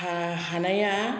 हानाया